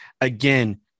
again